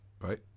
right